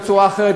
בצורה אחרת,